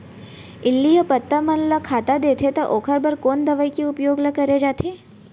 इल्ली ह पत्ता मन ला खाता देथे त ओखर बर कोन दवई के उपयोग ल करे जाथे?